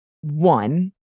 one